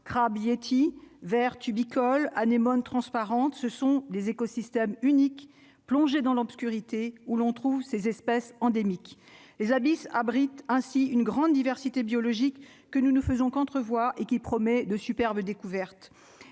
crabe yéti Vert, tu Bicol Anémone transparente, ce sont des écosystèmes uniques plongée dans l'obscurité, où l'on trouve ces espèces endémiques les abysses abrite ainsi une grande diversité biologique que nous ne faisons qu'entrevoir et qui promet de superbes découverte